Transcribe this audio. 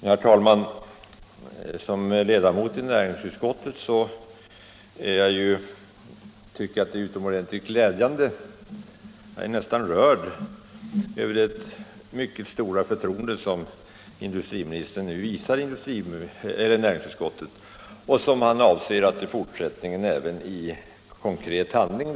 Herr talman! Som ledamot i näringsutskottet är jag nästan rörd över det mycket stora förtroende som industriministern nu visar näringsutskottet — och som han avser att i fortsättningen visa även i konkret handling.